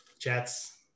Jets